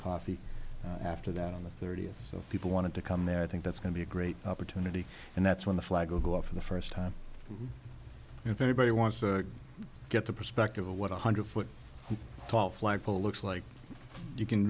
coffee after that on the thirtieth so people want to come there i think that's going to be a great opportunity and that's when the flag will go off for the first time if anybody wants to get the perspective of what one hundred foot tall flag pole looks like you can